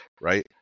right